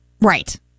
Right